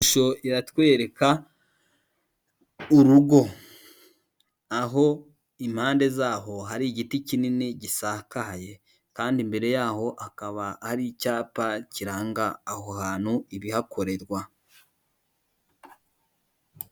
Ishusho iratwereka urugo, aho impande zaho hari igiti kinini gisakaye, kandi imbere yaho hakaba hari icyapa kiranga aho hantu ibihakorerwa.